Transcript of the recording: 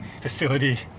facility